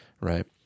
right